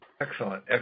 Excellent